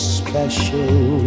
special